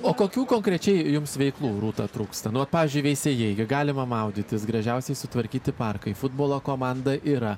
o kokių konkrečiai jums veiklų rūta trūksta nu vat pavyzdžiui veisiejai galima maudytis gražiausiai sutvarkyti parkai futbolo komanda yra